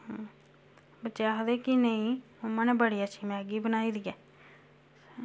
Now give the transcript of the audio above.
बच्चे आखदे कि नेईं मम्मा ने बड़ी अच्छी मैगी बनाई दी ऐ